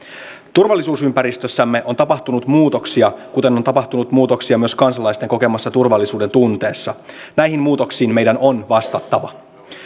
turvallisuusympäristössämme on tapahtunut muutoksia kuten on tapahtunut muutoksia myös kansalaisten kokemassa turvallisuuden tunteessa näihin muutoksiin meidän on vastattava